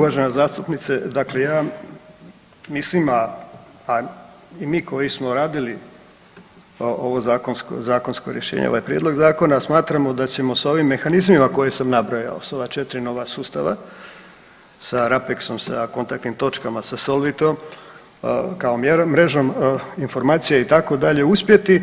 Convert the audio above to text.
Uvažena zastupnice, dakle ja mislim, a i mi koji smo radili ovo zakonsko rješenje, ovaj Prijedlog zakona, smatramo da ćemo s ovim mehanizmima koje sam napravio, s ova 4 nova sustava, sa RAPEX-om, sa kontaktnim točkama, sa SOLVIT-om, kao mjerom, mrežom informacija, itd., uspjeti